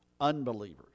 unbelievers